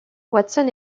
watson